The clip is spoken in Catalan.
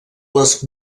les